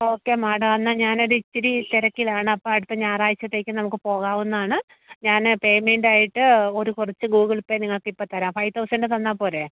okay madam എന്ന ഞാനൊരിത്തിരി തിരക്കിലാണ് അപ്പോൾ അടുത്ത ഞായറാഴ്ചത്തേക്ക് നമുക്ക് പോകാവുന്നതാണ് ഞാൻ പേയ്മെൻറ്റായിട്ട് ഒരു കുറച്ച് ഗൂഗിൾ പേ നിങ്ങൾക്ക് ഇപ്പോൾ തരാം ഫൈവ് തൗസൻഡ് തന്നാൽ പോരെ